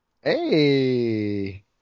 hey